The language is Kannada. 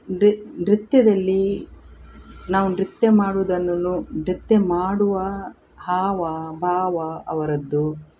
ನೃ ನೃತ್ಯದಲ್ಲಿ ನಾವು ನೃತ್ಯ ಮಾಡುವುದನ್ನು ನೋ ನೃತ್ಯ ಮಾಡುವ ಹಾವ ಭಾವ ಅವರದ್ದು